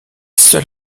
seul